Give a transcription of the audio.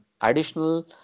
additional